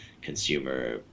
consumer